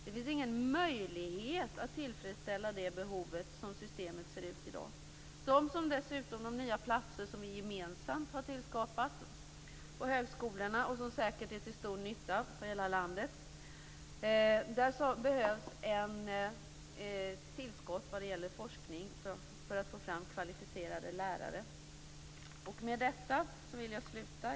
Det finns ingen möjlighet att tillfredsställa det behovet, som systemet ser ut i dag. För de nya platser som vi gemensamt har tillskapat på högskolorna, och som säkert är till stor nytta för hela landet, behövs dessutom ett tillskott vad gäller forskning för att få fram kvalificerade lärare. Med detta vill jag sluta.